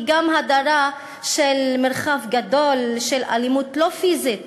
גם הדרה של מרחב גדול של אלימות לא פיזית